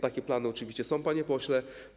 Takie plany oczywiście są, panie pośle.